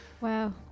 Wow